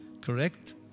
correct